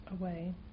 away